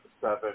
seven